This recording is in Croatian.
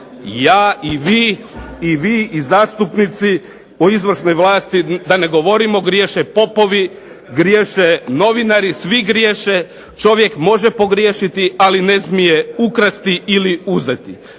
ja i vi i vi zastupnici o izvršnoj vlasti da ne govorimo, griješe popovi, griješe novinari, čovjek može pogriješiti ali ne smije ukrasti ili uzeti.